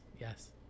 yes